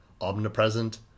omnipresent